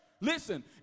listen